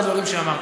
על הדברים שאמרת.